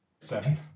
Seven